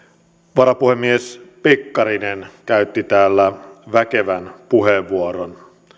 varapuhemies pekkarinen käytti täällä väkevän puheenvuoron jossa